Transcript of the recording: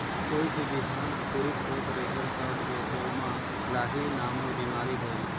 कोई भी बिहान अंकुरित होत रेहेल तब ओमा लाही नामक बिमारी होयल?